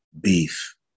beef